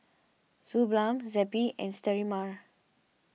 Suu Balm Zappy and Sterimar